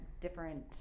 different